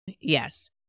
Yes